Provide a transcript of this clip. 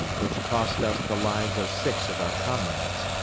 which cost us the lives of six of our comrades,